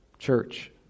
Church